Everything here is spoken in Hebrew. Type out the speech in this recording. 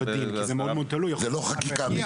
זה לא חקיקה.